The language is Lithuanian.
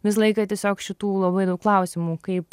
visą laiką tiesiog šitų labai daug klausimų kaip